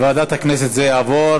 לוועדת החוץ והביטחון.